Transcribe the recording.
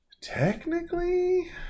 Technically